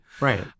Right